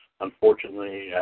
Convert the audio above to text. unfortunately